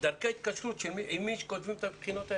דרכי ההתקשרות עם מי שכותבים את הבחינות האלה,